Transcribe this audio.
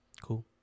Cool